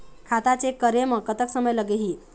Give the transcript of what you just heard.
खाता चेक करे म कतक समय लगही?